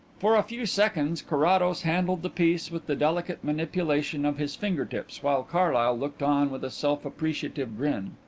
for a few seconds carrados handled the piece with the delicate manipulation of his finger-tips while carlyle looked on with a self-appreciative grin.